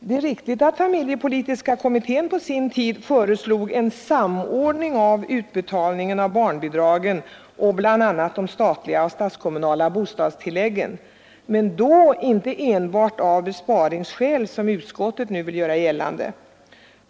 Det är riktigt att familjepolitiska kommittén på sin tid föreslog en samordning av utbetalningen av barnbidragen och bl.a. de statliga och statskommunala bostadstilläggen, men då inte enbart av besparingsskäl som utskottet nu vill göra gällande.